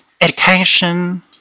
Education